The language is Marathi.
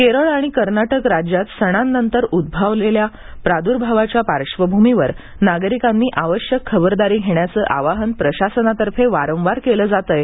केरळ आणि कर्नाटक राज्यांत सणांनंतर उद्धवलेल्या प्रादुर्भावाच्या पार्श्वभूमीवर नागरिकांनी आवश्यक खबरदारी घेण्याचे आवाहन प्रशासनातर्फे वारंवार केले जात आहे